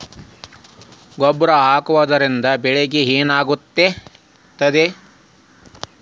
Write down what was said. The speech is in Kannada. ಗೊಬ್ಬರ ಹಾಕುವುದರಿಂದ ಬೆಳಿಗ ಏನಾಗ್ತದ?